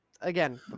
Again